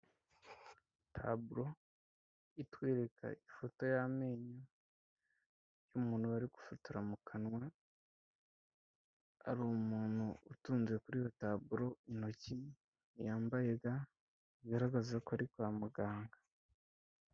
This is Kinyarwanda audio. Taburo itwereka ifoto y'amenyo y'umuntu bari gufotora mu kanwa hari umuntu utunze kuriyo taburo intoki yambaye ga zigaragaza ko ari kwa muganga.